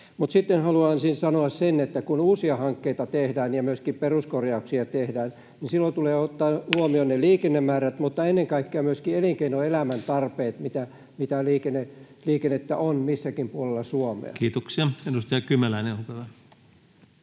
sitten haluaisin sanoa sen, että kun uusia hankkeita ja myöskin peruskorjauksia tehdään, niin silloin tulee ottaa huomioon ne liikennemäärät mutta ennen kaikkea myöskin elinkeinoelämän tarpeet, mitä liikennettä on missäkin puolella Suomea. [Speech 573] Speaker: